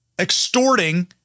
extorting